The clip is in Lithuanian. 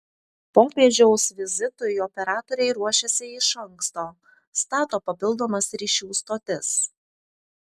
popiežiaus vizitui operatoriai ruošiasi iš anksto stato papildomas ryšių stotis